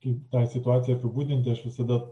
kaip tą situaciją apibūdinti aš visada